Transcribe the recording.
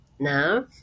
now